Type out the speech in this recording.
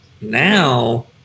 Now